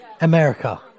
America